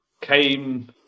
came